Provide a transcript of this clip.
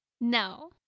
No